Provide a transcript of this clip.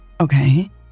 Okay